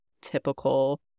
typical